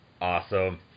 Awesome